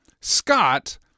Scott